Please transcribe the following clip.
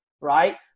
right